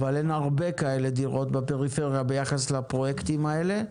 אבל אין הרבה כאלה דירות בפריפריה ביחס לפרויקטים האלה,